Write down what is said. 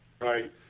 right